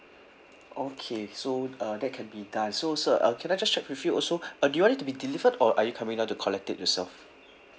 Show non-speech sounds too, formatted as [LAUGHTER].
okay so uh that can be done so sir uh can I just check with you also [BREATH] uh do you want it to be delivered or are you coming down to collect it yourself